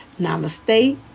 Namaste